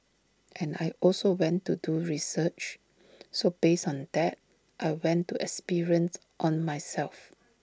and I also went to do research so based on that I went to experiments on myself